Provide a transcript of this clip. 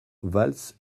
valls